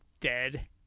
dead